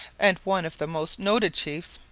and one of the most noted chiefs,